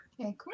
Okay